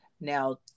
Now